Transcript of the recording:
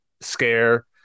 scare